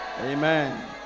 Amen